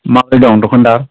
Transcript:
माबोरै दं दखानदार